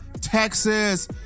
Texas